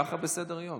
ככה בסדר-היום.